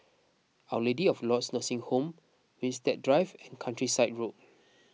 Our Lady of Lourdes Nursing Home Winstedt Drive and Countryside Road